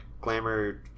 glamour